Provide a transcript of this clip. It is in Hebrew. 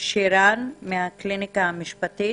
לשירן מהקליניקה המשפטית.